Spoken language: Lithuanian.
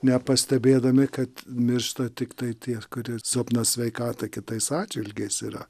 nepastebėdami kad miršta tiktai tie kurie silpną sveikatą kitais atžvilgiais yra